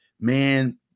man